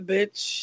Bitch